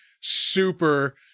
super